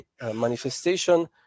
manifestation